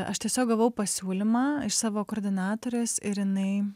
aš tiesiog gavau pasiūlymą iš savo koordinatorės ir jinai